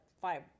five